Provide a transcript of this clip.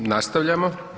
Nastavljamo.